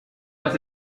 was